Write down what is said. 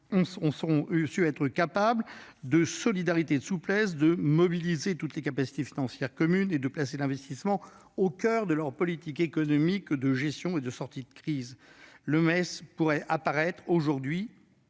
preuve à la fois de solidarité et de souplesse pour mobiliser toutes leurs capacités financières communes et placer l'investissement au coeur de leurs politiques économiques de gestion et de sortie de crise. Le MES pourrait apparaître aujourd'hui